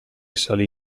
salì